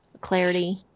Clarity